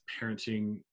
parenting